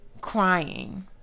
crying